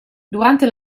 durante